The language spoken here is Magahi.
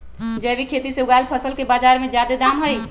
जैविक खेती से उगायल फसल के बाजार में जादे दाम हई